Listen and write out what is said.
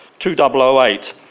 2008